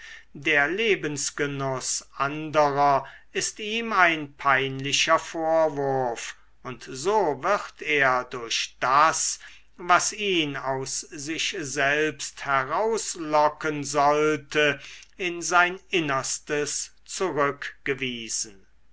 der lebensgenuß anderer ist ihm ein peinlicher vorwurf und so wird er durch das was ihn aus sich selbst herauslocken sollte in sein innerstes zurückgewiesen